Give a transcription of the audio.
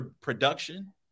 production